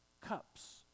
cups